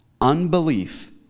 unbelief